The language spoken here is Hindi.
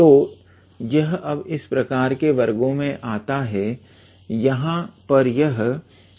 तो यह अब इस प्रकार के वर्ग में आता है यहां पर यह